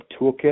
toolkit